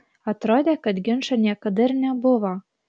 atrodė kad ginčo niekada ir nebuvo